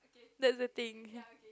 that's the thing